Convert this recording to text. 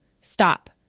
stop